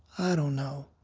i don't know.